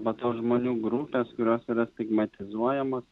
matau žmonių grupes kurios yra stigmatizuojamos